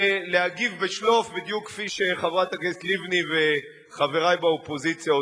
ולהגיב ב"שלוף" בדיוק כפי שחברת הכנסת לבני וחברי באופוזיציה עושים.